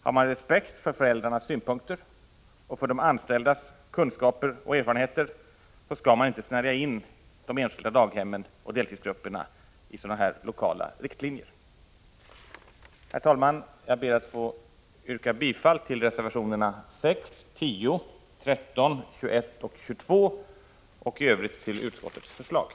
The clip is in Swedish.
Har man respekt för föräldrarnas synpunkter och för de anställdas kunskaper och erfarenheter skall man inte snärja in de enskilda daghemmen och deltidsgrupperna i sådana här lokala riktlinjer. Jag ber att få yrka bifall till reservationerna 6, 10, 13, 21 och 22 och i övrigt till utskottets hemställan.